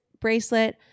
bracelet